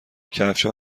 کفشها